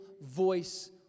voice